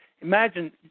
imagine